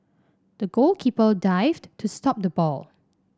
the goalkeeper dived to stop the ball